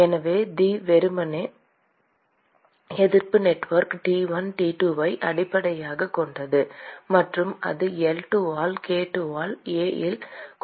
எனவே தி வெறுமனே எதிர்ப்பு நெட்வொர்க் T1 T2 ஐ அடிப்படையாகக் கொண்டது மற்றும் அது L2 ஆல் k2 ஆல் A இல் கொடுக்கப்படுகிறது